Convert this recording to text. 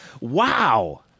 Wow